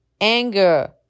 Anger